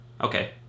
Okay